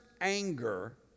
anger